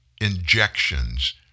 injections